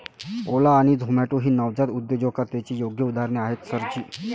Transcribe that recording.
ओला आणि झोमाटो ही नवजात उद्योजकतेची योग्य उदाहरणे आहेत सर जी